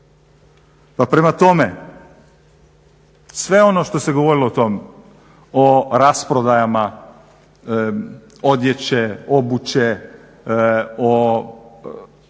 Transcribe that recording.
Pa prema tome, sve ono što se govorilo o rasprodajama odjeće, obuće,